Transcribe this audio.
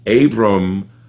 Abram